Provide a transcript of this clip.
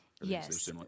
Yes